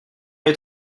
les